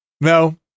No